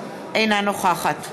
אינה נוכחת תודה,